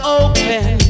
open